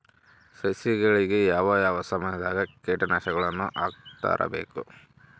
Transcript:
ಸಸಿಗಳಿಗೆ ಯಾವ ಯಾವ ಸಮಯದಾಗ ಕೇಟನಾಶಕಗಳನ್ನು ಹಾಕ್ತಿರಬೇಕು?